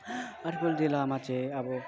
अलिपुर जिल्लामा चाहिँ अब